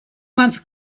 month